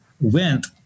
went